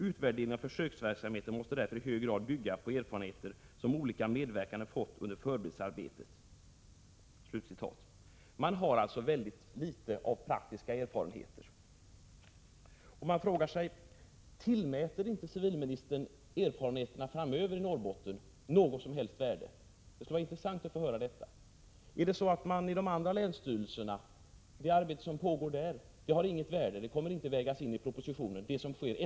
Utvärderingen av försöksverksamheten måste därför i hög grad bygga på de erfarenheter som olika medverkande fått under förberedelsearbetet ———”. Man har alltså väldigt litet praktiska erfarenheter. Jag frågar mig: Tillmäter inte civilministern erfarenheterna i Norrbotten framöver något som helst värde? Detta skulle vara intressant att få höra. Är det så att det arbete som sker i de andra länsstyrelserna efter den 1 december inte har något värde och inte kommer att vägas in i propositionen?